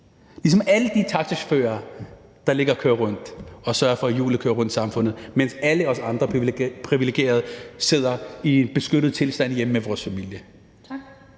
ligesom alle de taxachaufførerer, der ligger og kører rundt og sørger for, at hjulene kører rundt i samfundet, mens alle vi andre privilegerede sidder i en beskyttet tilstand derhjemme med vores familie.